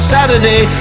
Saturday